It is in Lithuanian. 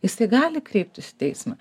jisai gali kreiptis į teismą